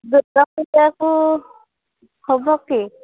ଦୁର୍ଗା ପୂଜାକୁ ହବ କି